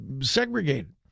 segregated